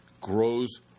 grows